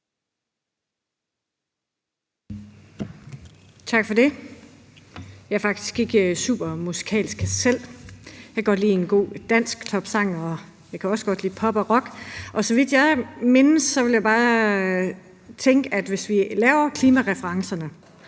Tak for det. Jeg er faktisk ikke super musikalsk selv. Jeg kan godt lide en god dansktopsang, og jeg kan også godt lide pop og rock. Jeg tænker bare, at hvis vi laver klimareferencerne,